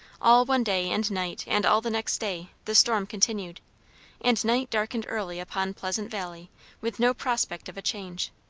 all one day and night and all the next day, the storm continued and night darkened early upon pleasant valley with no prospect of a change.